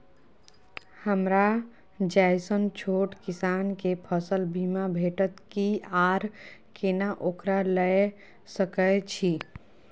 हमरा जैसन छोट किसान के फसल बीमा भेटत कि आर केना ओकरा लैय सकैय छि?